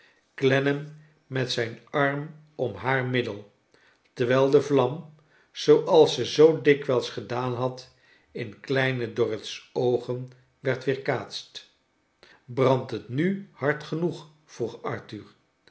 clennam met zijn arm om haar middel terwijl de vlam zooals ze zoo dikwijls gedaan had in kleine dorrit's oogen werd weerkaatst brandt het nu hard genoeg vroeg arthur